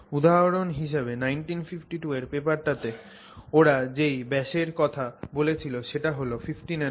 উধাহরণ হিসেবে 1952 এর পেপারটাতে ওরা যেই ব্যাসের কথা বলেছিল সেটা হল 50 nanometer